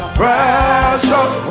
precious